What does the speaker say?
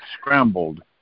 scrambled